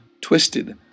Twisted